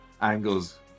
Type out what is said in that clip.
angles